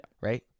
right